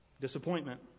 disappointment